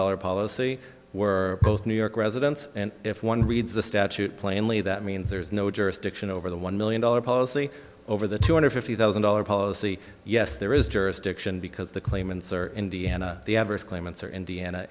dollars policy were both new york residents and if one reads the statute plainly that means there is no jurisdiction over the one million dollar policy over the two hundred fifty thousand dollars policy yes there is jurisdiction because the claimants are indiana claimants or indiana